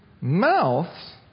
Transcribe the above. mouth